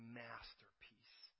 masterpiece